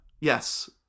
yes